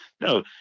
no